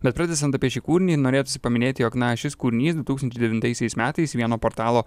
bet pratęsiant apie šį kūrinį norėtųsi paminėti jog na šis kūrinys du tūkstančiai devintaisiais metais vieno portalo